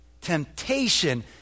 temptation